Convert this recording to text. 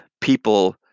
people